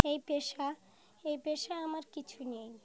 এই পেশা এই পেশা আমার কিছু নেই